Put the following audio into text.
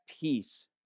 peace